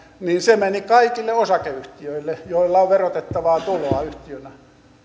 se meni kaikille osakeyhtiöille joilla on verotettavaa tuloa yhtiönä